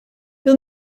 wie